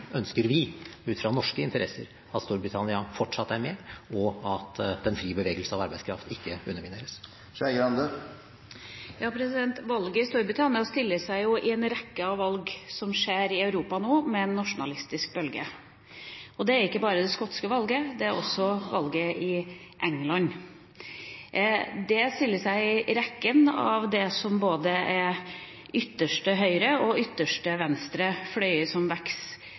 ønsker vi, ut fra norske interesser, at Storbritannia fortsatt er med, og at den frie bevegelse av arbeidskraft ikke undermineres. Valget i Storbritannia stiller seg i en rekke av valg som skjer i Europa nå, på en nasjonalistisk bølge. Og det er ikke bare det skotske valget, det er også valget i England. Det stiller seg i rekken av det som både er fløyer av ytterste høyre og ytterste venstre – fløyer som